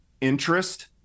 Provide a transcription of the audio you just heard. interest